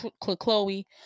chloe